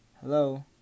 Hello